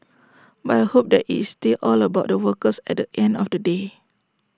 but I hope that it's still all about the workers at the end of the day